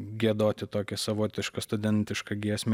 giedoti tokią savotišką studentišką giesmę